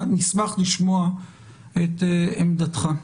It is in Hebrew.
נשמח לשמוע את עמדתך.